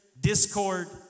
discord